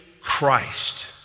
Christ